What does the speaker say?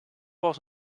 was